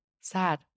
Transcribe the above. Sad